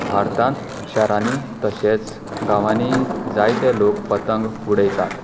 भारतांत शारांनी तशेंच गांवांनीय जायतें लोक पतंग उडयतात